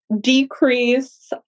decrease